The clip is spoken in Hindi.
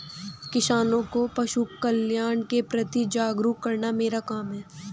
किसानों को पशुकल्याण के प्रति जागरूक करना मेरा काम है